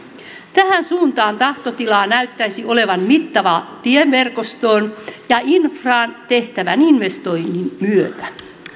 tähän suuntaan tahtotilaa näyttäisi olevan mittavan tieverkostoon ja infraan tehtävän investoinnin myötä